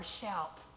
shout